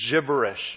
gibberish